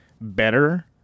better